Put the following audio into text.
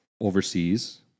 overseas